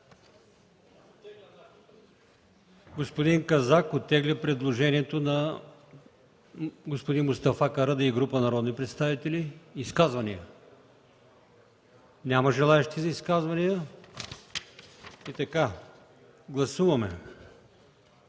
Господин Казак оттегля предложението на господин Мустафа Карадайъ и група народни представители. Изказвания? Няма желаещи за изказвания. Гласуваме